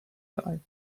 time